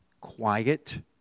Quiet